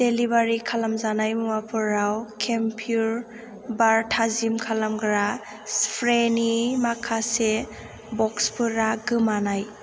delivery खालामजानाय मुवाफोराव केमप्युर बार थाजिम खालामग्रा स्प्रेनि माखासे ब'क्सफोरा गोमानाय